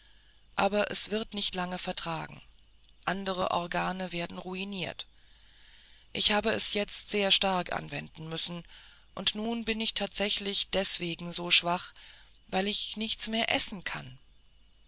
aber es wird nicht lange vertragen andere organe werden ruiniert ich habe es jetzt sehr stark anwenden müssen und nun bin ich hauptsächlich deswegen so schwach weil ich nichts mehr essen kann